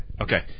Okay